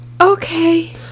Okay